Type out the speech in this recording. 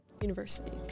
University